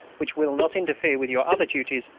which will not interfere with your other duties,